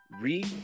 read